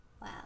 Wow